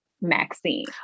Maxine